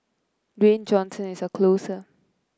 Dwayne Johnson is a closer